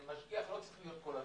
ומשגיח לא צריך להיות כל הזמן.